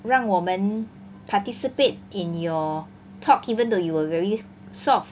让我们 participate in your talk even though you were very soft